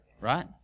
right